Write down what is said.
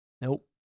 Nope